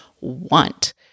want